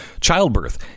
childbirth